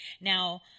Now